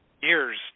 years